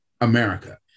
America